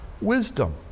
wisdom